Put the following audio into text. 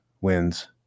wins